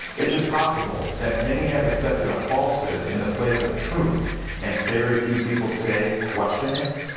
is it possible that many have accepted falsehood in the place of truth and very few people today question it?